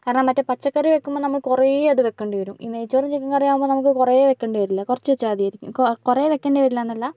കാരണം മറ്റേ പച്ചക്കറി വയ്ക്കുമ്പം നമ്മൾ കുറേ അത് വയ്ക്കേണ്ടി വരും ഈ നെയ്യ്ച്ചോറും ചിക്കൻ കറിയും ആകുമ്പം നമുക്ക് കുറേ വയ്ക്കേണ്ടി വരില്ല കുറച്ച് വച്ചാൽ മതിയായിരിക്കും കുറേ വയ്ക്കേണ്ടി വരില്ല എന്നല്ല